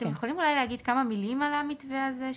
אתם יכולים אולי להגיד כמה מילים על המתווה הזה?